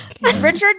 Richard